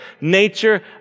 nature